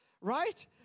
right